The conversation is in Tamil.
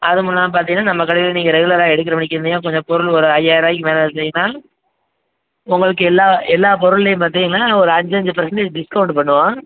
அதுவுல்லாமல் பார்த்தீங்கன்னா நம்ம கடையிலையே நீங்கள் ரெகுலராக எடுக்கிற மேனிக்கி இருந்தீங்கன்னால் கொஞ்சம் பொருள் ஒரு ஐயாயர ரூபாய்க்கி மேல் எடுத்தீங்கன்னா உங்களுக்கு எல்லா எல்லாப் பொருள்லையும் பார்த்தீங்கன்னா ஒரு அஞ்சு அஞ்சு பெர்சண்டேஜ் டிஸ்கவுண்ட் பண்ணுவோம்